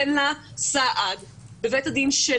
אין לה סעד בבית שלה.